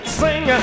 sing